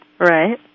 Right